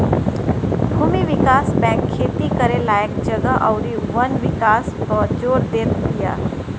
भूमि विकास बैंक खेती करे लायक जगह अउरी वन विकास पअ जोर देत बिया